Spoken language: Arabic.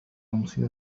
مثير